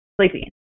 sleeping